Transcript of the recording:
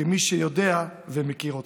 כמי שיודע ומכיר אותך.